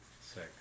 Sick